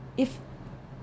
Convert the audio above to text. if